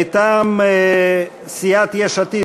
מטעם סיעת יש עתיד,